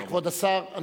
כבוד השר,